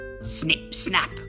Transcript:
Snip-snap